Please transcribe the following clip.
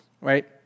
right